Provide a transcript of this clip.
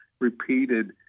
repeated